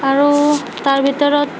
আৰু তাৰ ভিতৰত